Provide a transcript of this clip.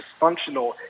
dysfunctional